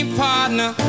partner